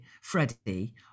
freddie